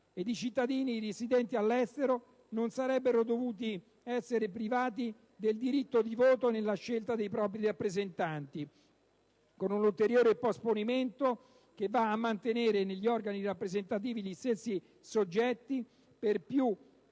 e i cittadini residenti all'estero non avrebbero dovuto essere privati del diritto di voto nella scelta dei propri rappresentanti, con un ulteriore posponimento che va a mantenere negli organi rappresentativi gli stessi soggetti, per di